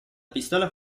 pistola